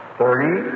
thirty